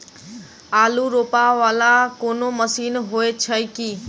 आलु रोपा वला कोनो मशीन हो छैय की?